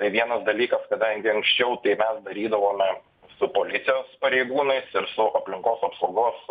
vienas dalykas kadangi anksčiau tai darydavome su policijos pareigūnais ir su aplinkos apsaugos